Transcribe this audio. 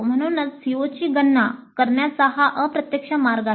म्हणूनच COची गणना करण्याचा हा अप्रत्यक्ष मार्ग आहे